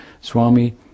Swami